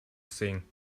sing